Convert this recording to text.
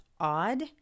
odd